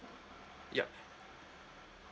yup